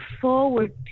forward